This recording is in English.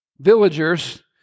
villagers